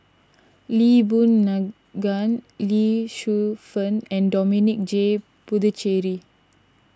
Lee Boon Ngan Lee Shu Fen and Dominic J Puthucheary